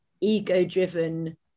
ego-driven